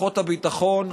לכוחות הביטחון,